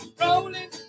rolling